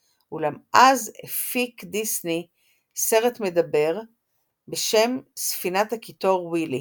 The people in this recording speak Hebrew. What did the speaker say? אולם אז הפיק דיסני סרט מדבר בשם "ספינת הקיטור וילי",